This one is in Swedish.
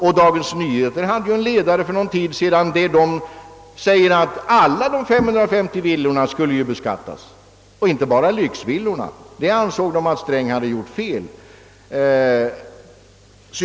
Och Dagens Nyheter anser i en ledare, att alla de 550 000 villor som finns här i landet och inte bara lyxvillorna borde beskattas. Dagens Nyheter ansåg att herr Sträng därvidlag gjort fel.